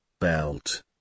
belt